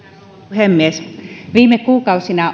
puhemies viime kuukausina